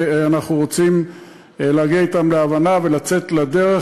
ואנחנו רוצים להגיע אתם להבנה ולצאת לדרך.